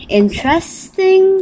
interesting